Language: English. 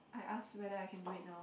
I ask whether I can do it now